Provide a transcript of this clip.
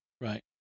Right